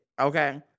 okay